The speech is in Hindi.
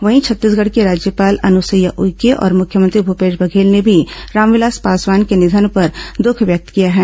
वहीं छत्तीसगढ़ की राज्यपाल अनसुईया उइके और मुख्यमंत्री भूपेश बघेल ने भी रामविलास पासवान के निधन पर दुख व्यक्त किया है